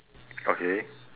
okay